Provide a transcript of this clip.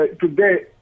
today